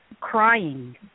crying